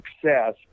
success